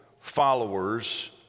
followers